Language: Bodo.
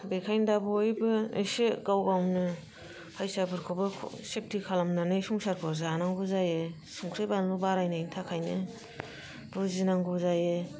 बेखायनो दा बयबो एसे गाव गावनो फैसाफोरखौबो सेफथि खालामनानै संसारखौ जानांगौ जायो संख्रि बानलु बारायनायनि थाखायनो बुजिनांगौ जायो